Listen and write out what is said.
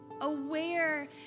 Aware